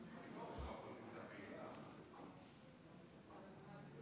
גם על החוק הנוכחי, וגם על דברים